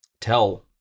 tell